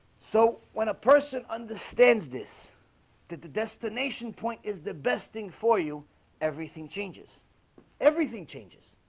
so when a person understands this that the destination point is the best thing for you everything changes everything changes